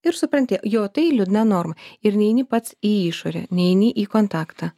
ir supranti jo tai liūdna norma ir neini pats į išorę neini į kontaktą